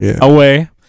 away